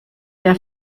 der